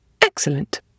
Excellent